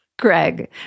Greg